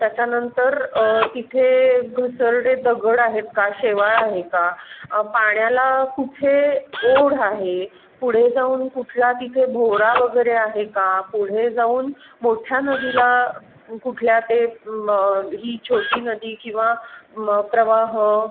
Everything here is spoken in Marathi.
त्याच्यानंतर तिथे घसरडे दगड आहेत का शेवाळ आहे का पाण्याला कुठे ओढ आहे पुढे जाऊन कुठला तिथे भोवरा वगैरे आहे का पुढे जाऊन मोठ्या नदीला कुठल्या ते ही छोटी नदी किंवा मग प्रवाह